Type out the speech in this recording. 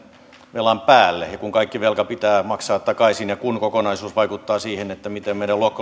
velan päälle ja kun kaikki velka pitää maksaa takaisin ja kun kokonaisuus vaikuttaa siihen miten meidän